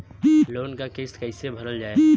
Loan क किस्त कैसे भरल जाए?